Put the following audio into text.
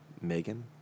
Megan